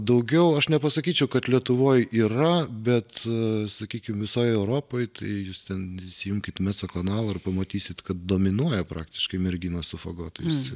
daugiau aš nepasakyčiau kad lietuvoj yra bet sakykim visoj europoj tai jūs ten įsijunkit meco kanalą ir pamatysit kad dominuoja praktiškai merginos su fagotais